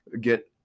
get